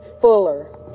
Fuller